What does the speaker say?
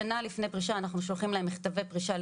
כשנה לפני פרישה אנחנו שולחים להם מכתבי פרישה,